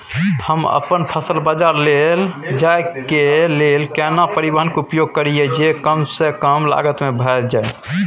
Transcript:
हम अपन फसल बाजार लैय जाय के लेल केना परिवहन के उपयोग करिये जे कम स कम लागत में भ जाय?